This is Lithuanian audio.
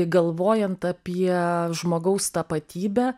galvojant apie žmogaus tapatybę